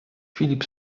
filip